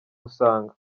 musaga